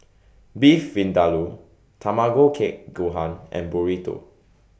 Beef Vindaloo Tamago Kake Gohan and Burrito